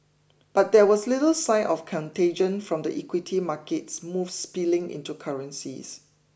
but there was little sign of contagion from the equity market moves spilling into currencies